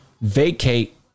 vacate